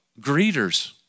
greeters